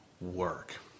work